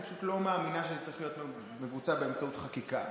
אני פשוט לא מאמינה שזה צריך להיות מבוצע באמצעות חקיקה.